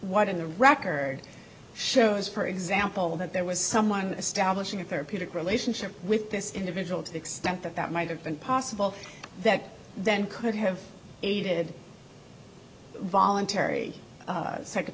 what in the record shows for example that there was someone establishing a therapeutic relationship with this individual to the extent that that might have been possible that then could have aided voluntary